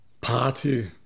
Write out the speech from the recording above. party